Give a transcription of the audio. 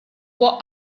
può